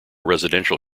residential